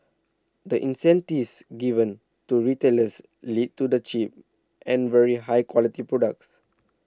the incentives given to retailers lead to the cheap and very high quality products